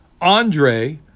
Andre